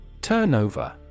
Turnover